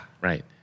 Right